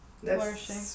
flourishing